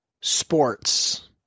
sports